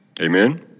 Amen